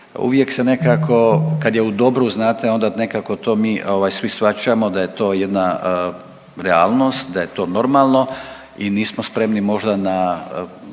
uvijek se nekako kad je u dobru znate onda nekako to mi ovaj svi shvaćamo da je to jedna realnost i da je to normalno i nismo spremni možda na